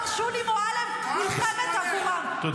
שולי מועלם נלחמת עבורן --- תודה רבה.